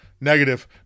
negative